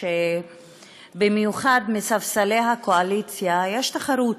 שבמיוחד מספסלי הקואליציה יש תחרות,